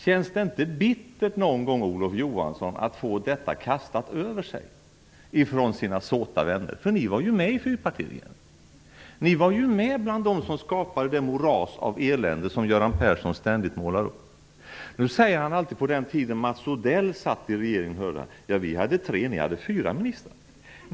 Känns det inte bittert någon gång, Olof Johansson, att få detta kastat över sig från såta vänner? Ni var ju med i fyrpartiregeringen. Ni var ju med bland dem som skapade det moras av elände som Göran Persson ständigt målar upp. Nu talar han alltid om den tid då Mats Odell satt i regeringen. Vi hade då tre ministrar och ni hade fyra.